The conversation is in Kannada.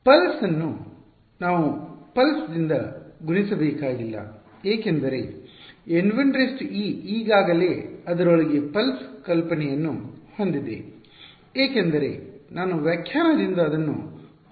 ಪಲ್ಸ್ ನ್ನು ನಾವು ಪಲ್ಸ್ ದಿಂದ ಗುಣಿಸಬೇಕಾಗಿಲ್ಲ ಏಕೆಂದರೆ N 1e ಈಗಾಗಲೇ ಅದರೊಳಗೆ ಪಲ್ಸ್ ಕಲ್ಪನೆಯನ್ನು ಹೊಂದಿದೆ ಏಕೆಂದರೆ ನಾನು ವ್ಯಾಖ್ಯಾನದಿಂದ ಅದನ್ನು ಹೊರಗೆ 0 ಮಾಡಿದ್ದೇನೆ